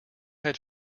had